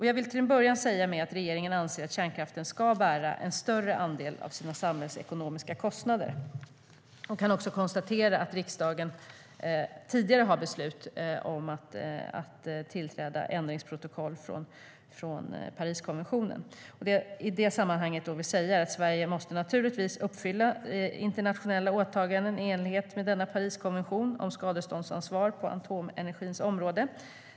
Jag vill börja med att säga att regeringen anser att kärnkraften ska bära en större andel av sina samhällsekonomiska kostnader. Jag kan konstatera att riksdagen tidigare beslutat om att Sverige ska godkänna ändringsprotokoll från Pariskonventionen. Sverige måste naturligtvis uppfylla sina internationella åtaganden i enlighet med Pariskonventionen om skadeståndsansvar på atomenergins område.